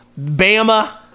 Bama